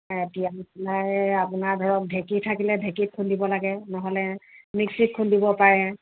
তিয়াই পেলাই আপোনাৰ ধৰক ঢেঁকী থাকিলে ঢেঁকীত খুন্দিব লাগে নহ'লে মিক্সিত খুন্দিব পাৰে